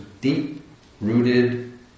deep-rooted